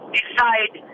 decide